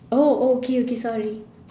oh oh okay okay sorry